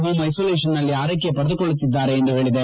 home ಐಸೊಲೇಷನ್ನಲ್ಲಿ ಆರೈಕೆ ಪಡೆದುಕೊಳ್ಳುತ್ತಿದ್ದಾರೆ ಎಂದು ಹೇಳದೆ